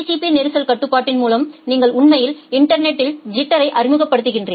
B நெரிசல் கட்டுப்பாட்டின் மூலம் நீங்கள் உண்மையில் இன்டர்நெட்டில் ஐிட்டரை அறிமுகப்படுத்துகிறீர்கள்